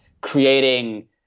creating